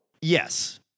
Yes